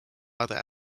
other